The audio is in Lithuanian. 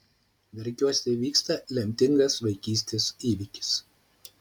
verkiuose įvyksta lemtingas vaikystės įvykis